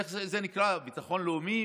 איך זה נקרא, ביטחון לאומי?